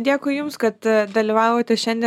dėkui jums kad dalyvavote šiandien